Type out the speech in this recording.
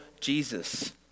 Jesus